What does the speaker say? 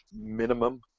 minimum